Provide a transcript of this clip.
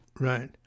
Right